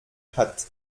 hat